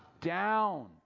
Down